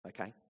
okay